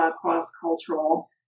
cross-cultural